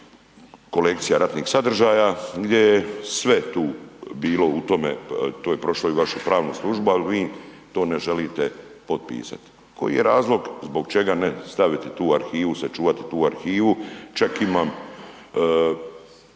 kolekcija ratnih sadržaja gdje je sve tu bilo u tome, to je prošlo i vašu pravnu službu, al vi to ne želite potpisat. Koji je razlog zbog čega ne staviti tu arhivu, sačuvati tu arhivu, čak imam